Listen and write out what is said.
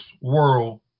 world